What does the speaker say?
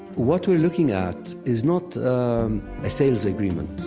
what we're looking at is not a sales agreement.